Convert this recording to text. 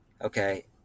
okay